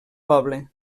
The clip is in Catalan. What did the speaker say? poble